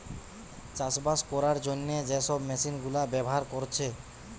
চাষবাস কোরার জন্যে যে সব মেশিন গুলা ব্যাভার কোরছে